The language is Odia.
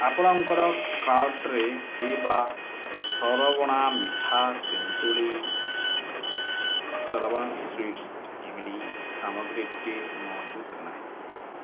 ଆପଣଙ୍କର କାର୍ଟ୍ରେ ଥିବା ସରବଣା ମିଠା ତେନ୍ତୁଳି ଇମଲି ସାମଗ୍ରୀଟି ମହଜୁଦ ନାହିଁ